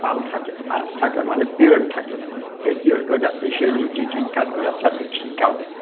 পাল থাকে পাঠ থাকে মানে পিৰিয়ড থাকে সেই পিৰিয়ডত আমি সেই নীতি শিক্ষা ল'ৰা ছোৱালীক শিকাও